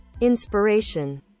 inspiration